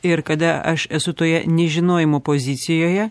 ir kada aš esu toje nežinojimo pozicijoje